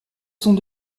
sont